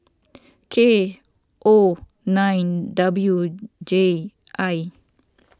K O nine W J I